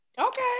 Okay